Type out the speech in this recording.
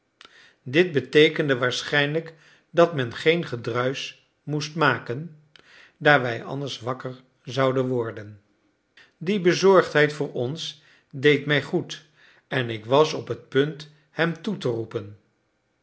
dit beteekende waarschijnlijk dat men geen gedruisch moest maken daar wij anders wakker zouden worden die bezorgdheid voor ons deed mij goed en ik was op het punt hem toe te roepen